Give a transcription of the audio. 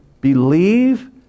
believe